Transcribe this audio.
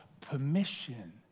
permission